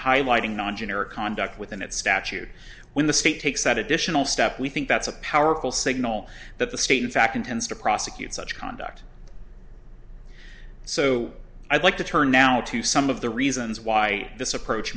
highlighting non generic conduct within that statute when the state takes that additional step we think that's a powerful signal that the state in fact intends to prosecute such conduct so i'd like to turn now to some of the reasons why this approach